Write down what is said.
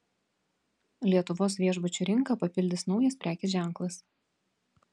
lietuvos viešbučių rinką papildys naujas prekės ženklas